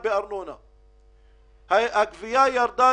לא